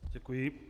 Děkuji.